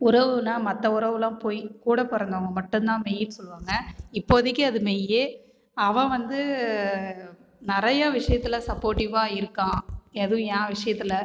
உறவுனா மற்ற உறவுளாம் பொய் கூட பிறந்தவங்க மட்டும்தான் மெய்னு சொல்லுவாங்கள் இப்போதைக்கி அது மெய்யி அவன் வந்து நிறைய விஷயத்தில் சப்போர்டிவ்வாக இருக்கான் எதுவும் ஏ விஷயத்தில்